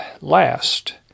last